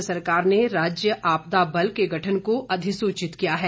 प्रदेश सरकार ने राज्य आपदा बल के गठन को अधिसूचित किया है